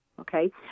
Okay